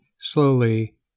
slowly